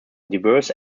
diverse